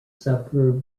suburb